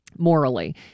morally